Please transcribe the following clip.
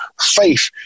faith